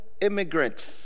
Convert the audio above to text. immigrants